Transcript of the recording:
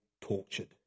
tortured